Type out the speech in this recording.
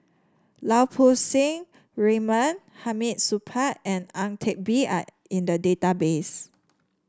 Lau Poo Seng Raymond Hamid Supaat and Ang Teck Bee are in the database